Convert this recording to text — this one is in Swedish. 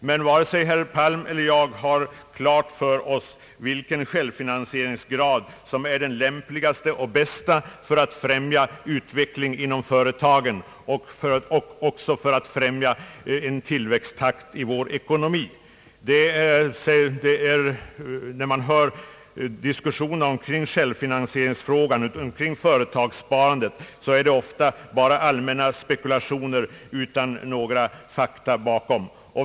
Men varken herr Palm eller jag är på det klara med vilken självfinansieringsgrad som är den bästa för att främja utveckling inom företagen och tillväxttakten i vår ekonomi. När man hör diskussionen kring företagssparandet så är det ofta bara allmänna spekulationer utan några fakta bakom.